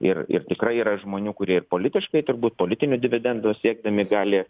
ir ir tikrai yra žmonių kurie ir politiškai turbūt politinių dividendų siekdami gali